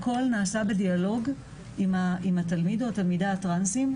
הכל נעשה בדיאלוג עם התלמיד או התלמידה הטרנסים,